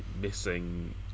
missing